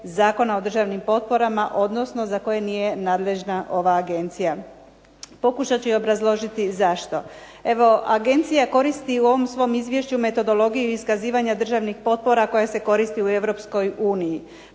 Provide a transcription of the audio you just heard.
Zakona o državnim potporama, odnosno za koje nije nadležna ova agencija. Pokušat ću i obrazložiti zašto. Evo agencija koristi u ovom svom izvješću metodologiju iskazivanja državnih potpora koja se koristi u